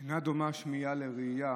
"אינה דומה שמיעה לראייה".